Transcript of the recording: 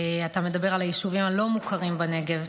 אתה מדבר על היישובים הלא-מוכרים בנגב.